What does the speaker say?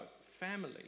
family